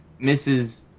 Mrs